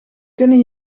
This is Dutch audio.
kunnen